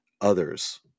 others